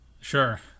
Sure